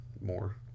more